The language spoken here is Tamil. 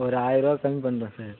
ஒரு ஆயரரூவா கம்மி பண்ணுறேன் சார்